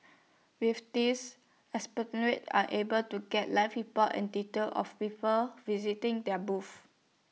with this are able to get live report and detail of people visiting their booths